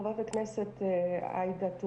חברת הכנסת עאידה,